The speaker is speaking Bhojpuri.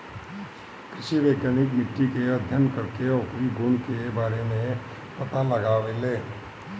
कृषि वैज्ञानिक मिट्टी के अध्ययन करके ओकरी गुण के बारे में पता लगावेलें